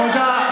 תודה.